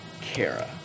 Kara